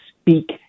speak